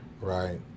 right